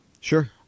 Sure